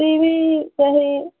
T भी पहले